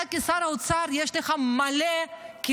אתה, כשר האוצר, יש לך מלא כלים,